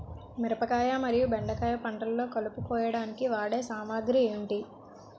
మిరపకాయ మరియు బెండకాయ పంటలో కలుపు కోయడానికి వాడే సామాగ్రి ఏమిటి?